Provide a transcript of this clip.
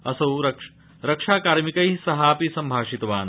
असौ रक्षाकार्मिकै सहापि सम्भाषितवान्